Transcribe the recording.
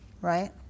right